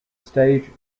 stage